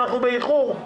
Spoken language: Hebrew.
אנחנו באיחור.